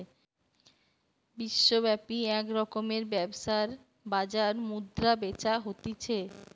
বিশ্বব্যাপী এক রকমের ব্যবসার বাজার মুদ্রা বেচা হতিছে